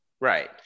right